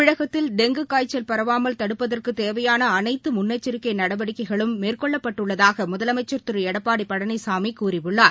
தமிழகத்தில் டெங்கு காய்ச்சல் பரவாமல் தடுப்பதற்கு தேவையான அனைத்து முன்னெச்சரிக்கை நடவடிக்கைகளும் மேற்கொள்ளப் பட்டுள்ளதாக முதலமைச்ச் திரு எடப்பாடி பழனிசாமி கூறியுள்ளார்